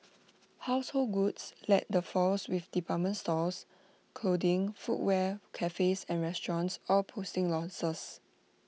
household goods led the falls with department stores clothing footwear cafes and restaurants all posting losses